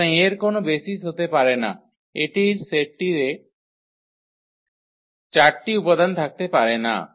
সুতরাং এর কোন বেসিস হতে পারে না এটির সেটটিতে 4 টি উপাদান থাকতে পারে না